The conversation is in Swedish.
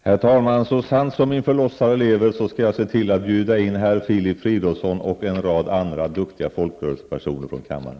Herr talman! Så sant som min förlossare lever skall jag se till att bjuda in herr Filip Fridolfsson och en rad andra duktiga folkrörelsepersoner från kammaren.